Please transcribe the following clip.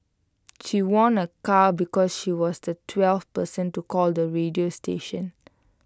she won A car because she was the twelfth person to call the radio station